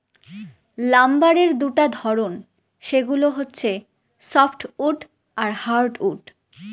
লাম্বারের দুটা ধরন, সেগুলো হচ্ছে সফ্টউড আর হার্ডউড